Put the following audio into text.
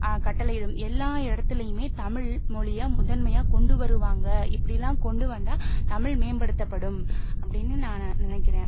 கட்டளையிடும் எல்லா இடத்துலையுமே தமிழ் மொழியை முதன்மையாக கொண்டு வருவாங்க இப்படிலாம் கொண்டு வந்தால் தமிழ் மேம்படுத்தப்படும் அப்படின்னு நான் நினைக்கிறேன்